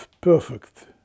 perfect